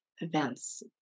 events